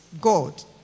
God